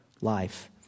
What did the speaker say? life